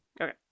Okay